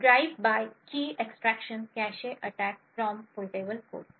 drive by key extraction cache attack from portable code